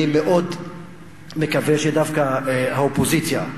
אני מאוד מקווה שדווקא האופוזיציה,